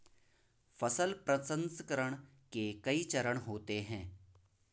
फसल प्रसंसकरण के कई चरण होते हैं